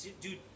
dude